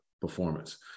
performance